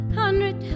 hundred